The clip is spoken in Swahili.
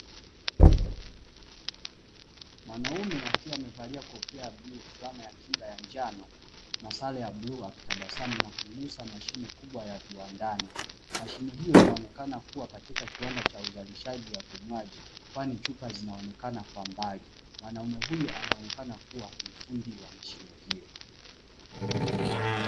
Mwanaume akiwa amevalia kofia ya bluu, fulana ya kinga ya njano, na sare ya bluu akitabasamu na kugusa mashine kubwa ya viwandani. Mashine hiyo inaonekana kuwa katika kiwanda cha uzalishaji wa vinywaji, kwani chupa zinaonekana kwa mbali. Mwanaume huyu anaonekana kuwa ni fundi wa mashine hiyo.